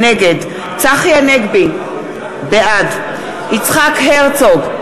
נגד צחי הנגבי, בעד יצחק הרצוג,